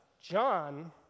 John